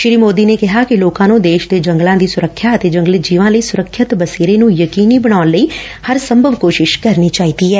ਸ੍ਰੀ ਮੋਦੀ ਨੇ ਕਿਹਾ ਕਿ ਲੋਕਾਂ ਨੂੰ ਦੇਸ਼ ਦੇ ਜੰਗਲਾਂ ਦੀ ਸੁਰੱਖਿਆ ਅਤੇ ਜੰਗਲੀ ਜੀਵਾਂ ਲਈ ਸੁਰੱਖਿਅਤ ਬਸੇਰੇ ਨੂੰ ਯਕੀਨੀ ਬਣਾਉਣ ਲਈ ਹਰ ਸੰਭਵ ਕੋਸ਼ਿਸ਼ ਕਰਨੀ ਚਾਹੀਦੀ ਐ